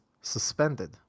suspended